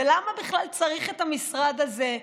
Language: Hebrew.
למה בכלל צריך את המשרד הזה?